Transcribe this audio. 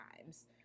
times